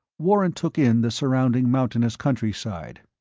warren took in the surrounding mountainous countryside.